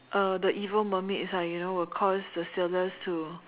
uh the evil mermaids ah you know will cause the sailors to